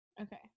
Okay